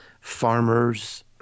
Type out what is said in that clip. farmers